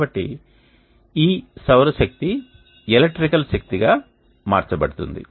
కాబట్టి ఈ సౌరశక్తి ఎలక్ట్రికల్ శక్తి గా మార్చబడుతుంది